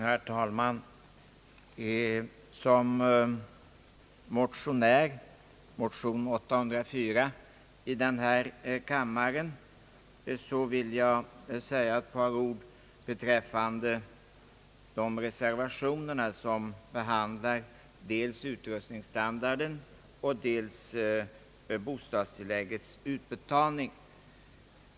Herr talman! Såsom motionär — motion nr 804 i denna kammare — vill jag säga ett par ord beträffande de reservationer som behandlar dels utrustningsstandarden och dels bostadstilläggets utbetalning.